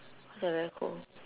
cause I very cold